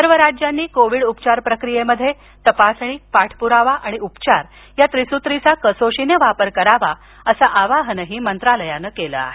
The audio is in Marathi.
सर्व राज्यांनी कोविड उपचार प्रक्रियेत तपासणी पाठपुरावा आणि उपचार या त्रिसूत्रीचा कसोशीनं वापर करावा असं आवाहनही मंत्रालयानं केलं आहे